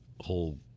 whole